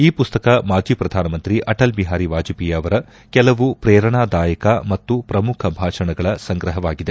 ಈ ಪುಸ್ತಕ ಮಾಜಿ ಪ್ರಧಾನಮಂತ್ರಿ ಅಟಲ್ ಬಿಹಾರಿ ವಾಜಪೇಯಿ ಅವರ ಕೆಲವು ಪ್ರೇರಣಾದಾಯಕ ಮತ್ತು ಪ್ರಮುಖ ಭಾಷಣಗಳ ಸಂಗ್ರಹವಾಗಿದೆ